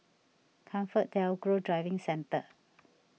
ComfortDelGro Driving Centre